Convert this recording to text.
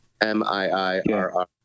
m-i-i-r-r